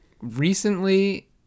Recently